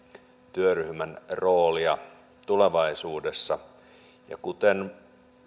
työryhmän roolia tulevaisuudessa ja kuten